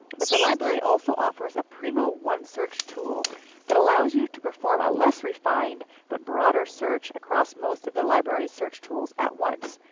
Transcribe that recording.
but the library also offers a primo one search tool that allows you to perform a less-refined, but broader search across most of the library's search tools at once.